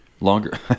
Longer